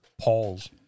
Paul's